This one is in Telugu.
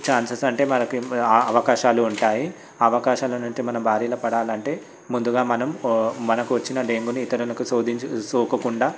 ఛాన్సెస్ అంటే మనకి అవకాశాలు ఉంటాయి అవకాశాలను అంటే మన బారిన పడాలంటే ముందుగా మనం మనకు వచ్చిన డెంగ్యూని ఇతరులకు శోధించు సోకకుండా